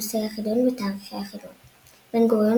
נושאי החידון ותאריכי החידון בן-גוריון